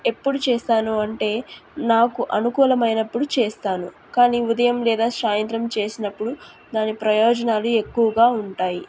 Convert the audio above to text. ఎప్పుడు చేస్తాను అంటే నాకు అనుకూలమైనప్పుడు చేస్తాను కానీ ఉదయం లేదా సాయంత్రం చేసినప్పుడు దాని ప్రయోజనాలు ఎక్కువగా ఉంటాయి